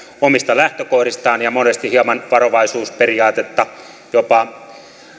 omista lähtökohdistaan ja monesti hieman varovaisuusperiaatetta jopa